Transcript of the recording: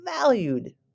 valued